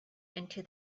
into